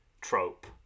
trope